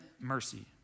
mercy